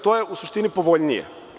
To je u suštini povoljnije.